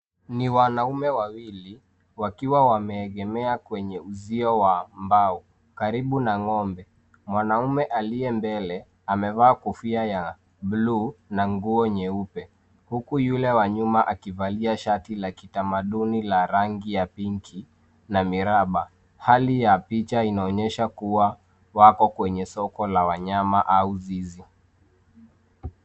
Ni wanaume wawili wakiwa wameegemea kwenye uzio wa mbao karibu na ng'ombe. Mwanaume aliyembele amevaa kofia ya buluu na nguo nyeupe huku yule wa nyuma akivalia shati la kitamaduni la rangi ya pinki na miraba. Hali ya picha inaonyesha kuwa wako kwenye soko la wanyama au zizi.